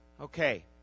Okay